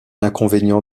inconvénient